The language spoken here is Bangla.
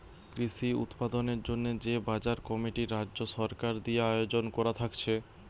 কৃষি উৎপাদনের জন্যে যে বাজার কমিটি রাজ্য সরকার দিয়ে আয়জন কোরা থাকছে